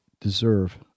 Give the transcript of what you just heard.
deserve